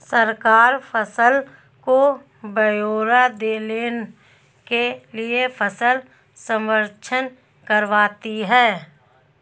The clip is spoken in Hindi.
सरकार फसल का ब्यौरा लेने के लिए फसल सर्वेक्षण करवाती है